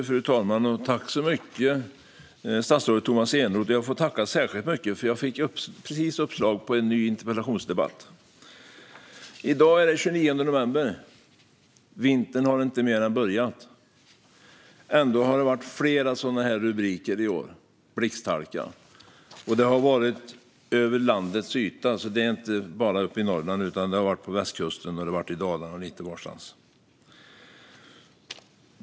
Fru talman! Tack så mycket, statsrådet Tomas Eneroth! Jag tackar särskilt mycket eftersom jag fick uppslag till en ny interpellation. I dag är det den 29 november, och vintern har inte mer än börjat. Ändå har det i år funnits flera sådana rubriker som i den artikel jag nu håller upp. Det handlar om blixthalka. Det har varit över hela landet och inte bara uppe i Norrland utan även på västkusten, i Dalarna och lite varstans.